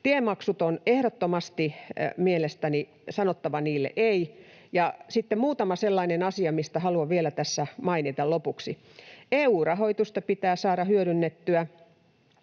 Tiemaksuille on ehdottomasti mielestäni sanottava ”ei”. Ja sitten muutama sellainen asia, mistä haluan vielä tässä lopuksi mainita: EU-rahoitusta pitää saada hyödynnettyä.